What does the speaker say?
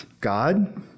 God